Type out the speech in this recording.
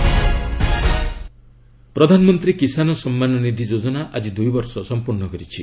PM କିଷାନ ପ୍ରଧାନମନ୍ତ୍ରୀ କିଷାନ ସମ୍ମାନ ନିଧି ଯୋଜନା ଆଜି ଦୁଇବର୍ଷ ସଂପୂର୍ଣ୍ଣ କରିଛି